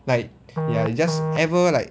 like ya just ever like